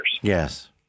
Yes